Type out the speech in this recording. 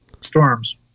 storms